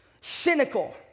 cynical